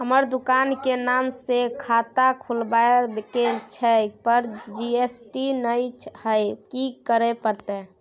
हमर दुकान के नाम से खाता खुलवाबै के छै पर जी.एस.टी नय हय कि करे परतै?